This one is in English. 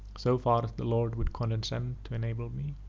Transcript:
so far as the lord would condescend to enable me.